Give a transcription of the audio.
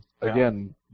Again